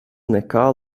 nekā